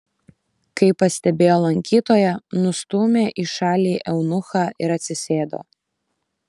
kai pastebėjo lankytoją nustūmė į šalį eunuchą ir atsisėdo